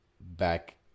Back